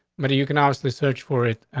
but you can ask the search for it.